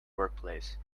workplace